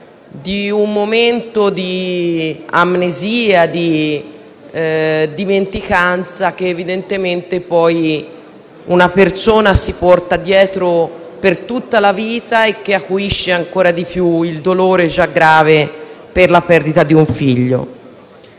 per un momento di amnesia, di dimenticanza, che poi una persona si porta dietro per tutta la vita e che acuisce ancora di più il dolore già grave per la perdita di un figlio.